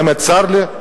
באמת צר לי,